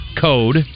code